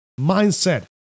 mindset